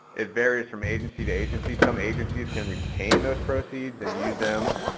it varies from agency to agency. some agencies can retain those proceeds and use them,